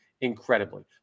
incredibly